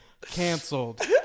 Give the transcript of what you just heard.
Canceled